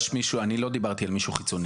יש מישהו, אני לא דיברתי על מישהו חיצוני.